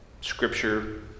scripture